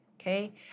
okay